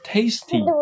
Tasty